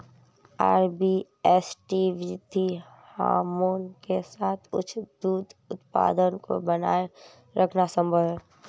RBST वृद्धि hormone के साथ उच्च दूध उत्पादन को बनाए रखना संभव है